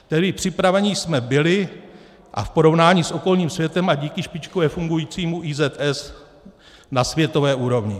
Tedy připraveni jsme byli a v porovnání s okolním světem a díky špičkově fungujícímu IZS na světové úrovni.